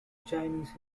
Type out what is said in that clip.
chinese